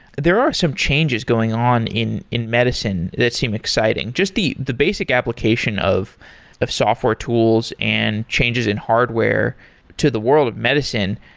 there are some changes going on in in medicine that seem exciting. just the the basic application of of software tools and changes in hardware to the world of medicine,